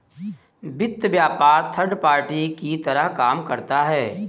वित्त व्यापार third party की तरह काम करता है